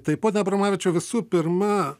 tai pone abramavičiau visų pirma